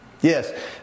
yes